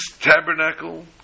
tabernacle